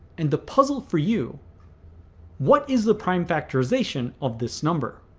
and the puzzle for you what is the prime factorization of this number?